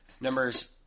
numbers